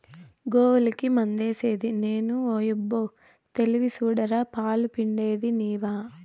గోవులకి మందేసిది నేను ఓయబ్బో తెలివి సూడరా పాలు పిండేది నీవా